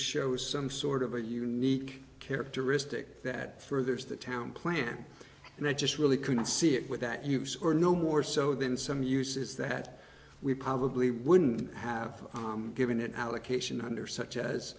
show some sort of a unique characteristic that furthers the town plan and i just really couldn't see it with that use or no more so than some uses that we probably wouldn't have given an allocation under such as